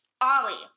Ollie